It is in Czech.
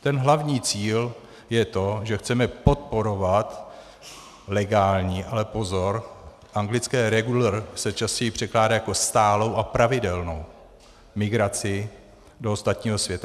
Ten hlavní cíl je to, že chceme podporovat legální ale pozor, anglické regular se častěji překládá jako stálou a pravidelnou migraci do ostatního světa.